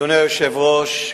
אדוני היושב-ראש,